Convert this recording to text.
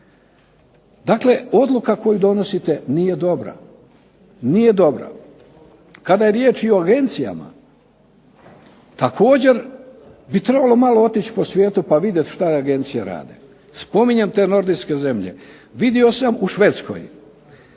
Dakle, odluka koju donosite nije dobra, nije dobra. Kada je riječ i o agencijama također bi trebalo malo otići po svijetu pa vidjeti što agencije rade. Spominjem te nordijske zemlje. Vidio sam u Švedskoj